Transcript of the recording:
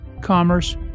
Commerce